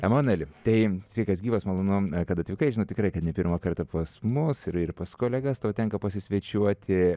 emanueli tai sveikas gyvas malonu kad atvykai tikrai kad ne pirmą kartą pas mus ir ir pas kolegas tau tenka pasisvečiuoti